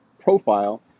profile